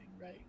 right